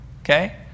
okay